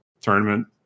tournament